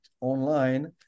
online